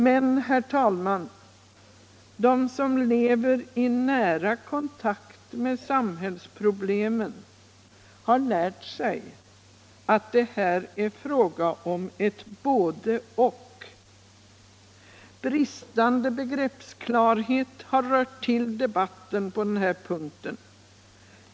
Men, herr talman, de som lever i nära kontakt med samhällsproblemen har lärt sig att det här är fråga om ett både-och. Bristande begreppsklarhet har rört till debatten på den här punkten.